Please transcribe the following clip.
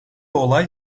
olay